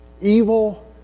evil